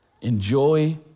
Enjoy